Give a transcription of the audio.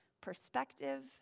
perspective